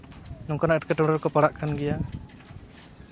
ᱱᱚᱝᱠᱟᱱᱟᱜ ᱮᱸᱴᱠᱮᱴᱚᱬᱮ ᱨᱮᱠᱚ ᱯᱟᱲᱟᱜ ᱠᱟᱱ ᱜᱮᱭᱟ